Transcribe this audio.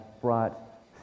brought